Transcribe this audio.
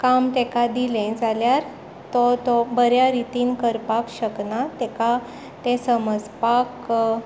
काम ताका दिलें जाल्यार तें तो बऱ्या रितीन करपाक शकना ताका तें समजपाक